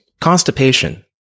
constipation